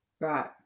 Right